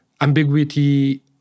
ambiguity